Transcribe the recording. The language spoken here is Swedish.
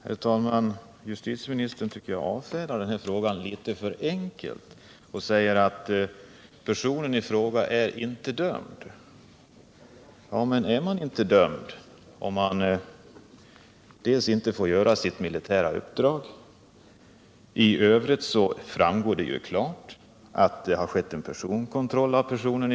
Herr talman! Justitieministern avfärdar detta litet för enkelt när han säger att personen i fråga inte är dömd. Är man inte dömd om man inte får fullgöra sitt militära uppdrag? I övrigt framgår det klart att det har skett en personkontroll av vederbörande.